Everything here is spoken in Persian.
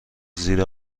زیر